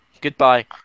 goodbye